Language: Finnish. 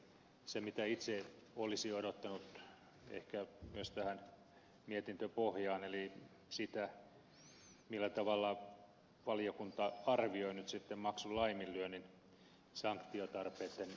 itse olisin odottanut ehkä myös tähän mietintöpohjaan sitä millä tavalla valiokunta arvioi nyt sitten maksulaiminlyönnin sanktiotarpeitten kehittämisen